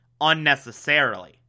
unnecessarily